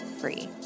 free